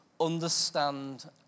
understand